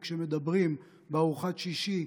או כשמדברים בארוחת שישי,